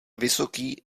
vysoký